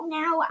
now